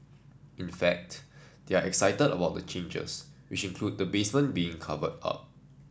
in fact they are excited about the changes which include the basement being covered up